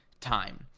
time